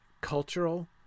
cultural